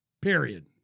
period